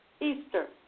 Easter